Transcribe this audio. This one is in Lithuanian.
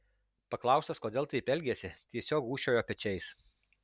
paklaustas kodėl taip elgėsi tiesiog gūžčiojo pečiais